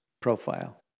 profile